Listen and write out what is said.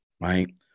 right